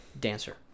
dancer